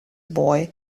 boy